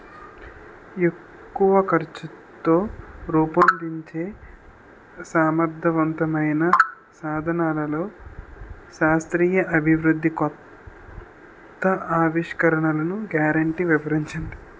తక్కువ ఖర్చుతో రూపొందించే సమర్థవంతమైన సాధనాల్లో శాస్త్రీయ అభివృద్ధి కొత్త ఆవిష్కరణలు గ్యారంటీ వివరించండి?